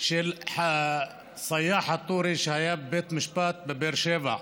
של סיאח א-טורי, שהיה בבית משפט בבאר שבע.